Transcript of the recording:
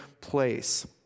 place